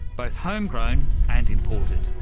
both home-grown and imported.